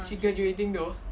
she graduating though